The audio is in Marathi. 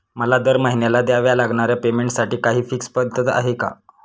मला दरमहिन्याला द्यावे लागणाऱ्या पेमेंटसाठी काही फिक्स पद्धत आहे का?